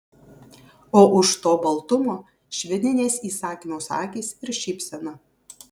o už to baltumo švininės įsakmios akys ir šypsena